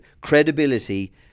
credibility